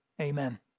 Amen